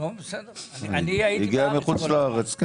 הגיע מחוץ לארץ,